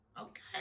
okay